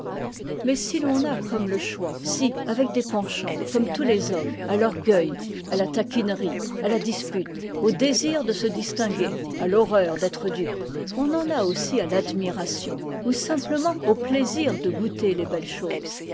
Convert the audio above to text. mais si l'on a comme le choix si avec des penchants comme tous les hommes à l'orgueil à la taquinerie à la dispute au désir de se distinguer à l'horreur d'être dupe on en a aussi à l'admiration ou simplement au plaisir de goûter les belles choses